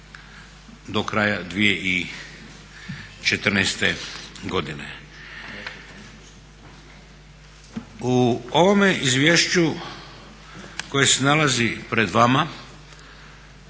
do kraja 2014. godine. U ovome izvješću koje se nalazi pred vama